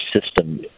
system